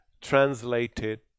translated